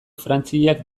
frantziak